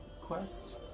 quest